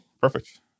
perfect